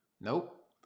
Nope